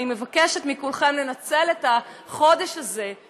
אני מבקשת מכולכם לנצל את החודש הזה,